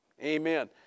Amen